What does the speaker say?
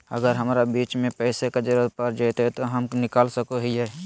अगर हमरा बीच में पैसे का जरूरत पड़ जयते तो हम निकल सको हीये